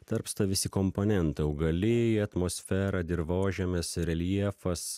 tarpsta visi komponentai augalija atmosfera dirvožemis reljefas